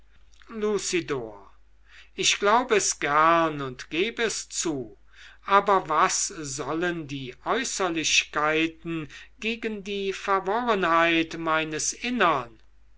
ich glaub es gern und geb es zu aber was sollen die äußerlichkeiten gegen die verworrenheit meines innern